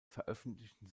veröffentlichten